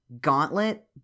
Gauntlet